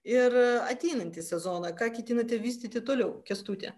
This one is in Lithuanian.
ir ateinantį sezoną ką ketinate vystyti toliau kęstuti